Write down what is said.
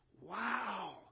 wow